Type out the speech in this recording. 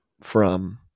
from-